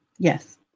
Yes